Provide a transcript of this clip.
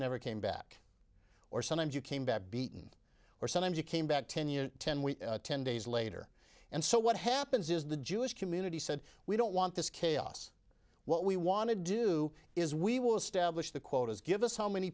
never came back or sometimes you came back beaten or sometimes you came back ten years ten week ten days later and so what happens is the jewish community said we don't want this chaos what we want to do is we will establish the quotas give us how many